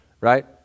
Right